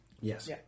Yes